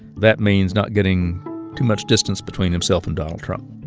that means not getting too much distance between himself and donald trump